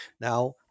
Now